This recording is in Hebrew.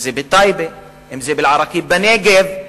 אם בטייבה ואם באל-עראקיב בנגב,